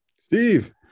Steve